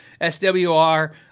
SWR